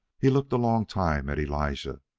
he looked a long time at elijah,